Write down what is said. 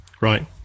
right